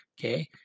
okay